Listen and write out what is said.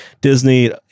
Disney